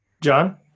john